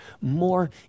more